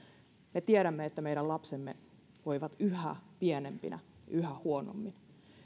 me tiedämme että meidän lapsemme voivat yhä pienempinä yhä huonommin